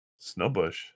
Snowbush